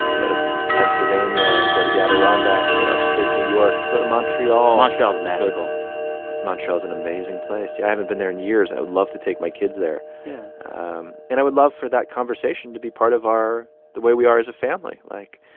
and go to pennsylvania, go to the adirondacks, go to upstate new york, go to montreal montreal's magical montreal's an amazing place. yeah i haven't been there in years. i would love to take my kids there yeah um and i would love for that conversation to be part of our the way we are as a family. like,